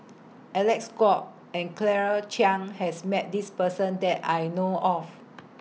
Alec Kuok and Claire Chiang has Met This Person that I know of